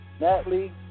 Natalie